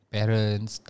Parents